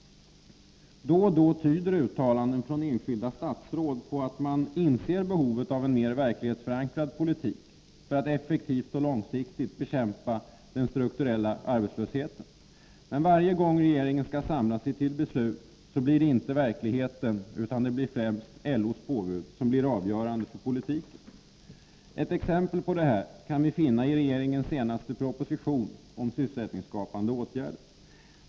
Då och då tyder uttalanden från enskilda statsråd på att man inser behovet av en mer verklighetsförankrad politik för att effektivt och långsiktigt bekämpa den strukturella arbetslösheten. Men varje gång regeringen skall samla sig till beslut blir det inte verkligheten utan främst LO:s påbud som avgör politiken. Ett exempel på detta kan vi finna i regeringens senaste proposition om sysselsättningsskapande åtgärder.